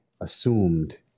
assumed